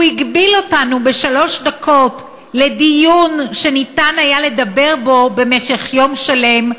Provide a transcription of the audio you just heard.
הוא הגביל אותנו בשלוש דקות לדיון שהיה אפשר לדבר בו במשך יום שלם.